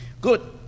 Good